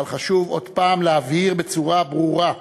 אבל חשוב עוד פעם להבהיר בצורה ברורה: